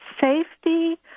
safety